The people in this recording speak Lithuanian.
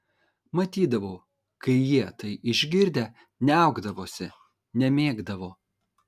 matydavau kai jie tai išgirdę niaukdavosi nemėgdavo